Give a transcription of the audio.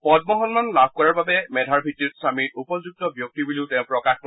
পল্মস্মান লাভ কৰাৰ বাবে মেধাৰ ভিত্তিত স্বমী উপযুক্ত ব্যক্তি তেওঁ প্ৰকাশ কৰে